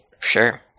Sure